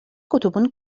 كتب